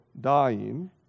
dying